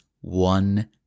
One